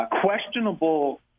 questionable